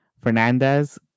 Fernandez